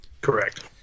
Correct